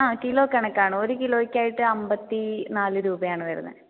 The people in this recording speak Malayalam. ആ കിലോ കണക്കാണ് ഒരു കിലോയ്ക്കായിട്ട് അൻമ്പത്തി നാലു രൂപ ആണ് വരുന്നത്